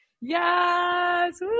Yes